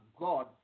God